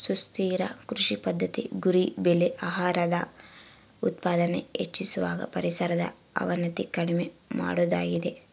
ಸುಸ್ಥಿರ ಕೃಷಿ ಪದ್ದತಿಯ ಗುರಿ ಬೆಳೆ ಆಹಾರದ ಉತ್ಪಾದನೆ ಹೆಚ್ಚಿಸುವಾಗ ಪರಿಸರದ ಅವನತಿ ಕಡಿಮೆ ಮಾಡೋದಾಗಿದೆ